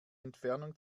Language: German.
entfernung